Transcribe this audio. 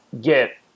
get